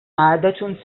عادة